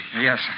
Yes